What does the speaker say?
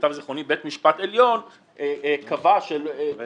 ולמיטב זיכרוני בית המשפט העליון קבע שלא